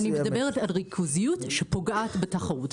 אני מדברת על ריכוזיות שפוגעת בתחרות,